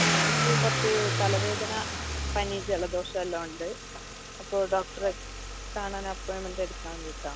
ആ എനിക്ക് കുറച്ച് തലവേദന പനി ജലദോഷം എല്ലാം ഉണ്ട് അപ്പോൾ ഡോക്ടറെ കാണാൻ അപ്പോയിൻമെൻറ്റ് എടുക്കാൻ വേണ്ടിയിട്ടാണ്